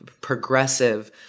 progressive